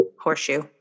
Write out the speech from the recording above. horseshoe